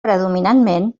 predominantment